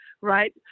right